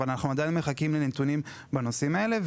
אבל אנחנו עדיין מחכים לנתונים בנושאים האלה.